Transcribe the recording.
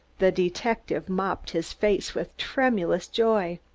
the detective mopped his face with tremulous joy.